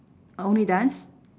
only dance